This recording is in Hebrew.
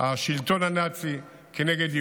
השלטון הנאצי כנגד יהודים,